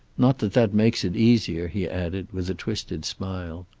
not that that makes it easier, he added with a twisted smile.